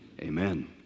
Amen